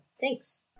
Thanks